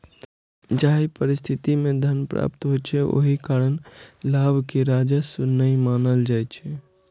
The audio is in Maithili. जाहि परिस्थिति मे धन प्राप्त होइ छै, ओहि कारण लाभ कें राजस्व नै मानल जाइ छै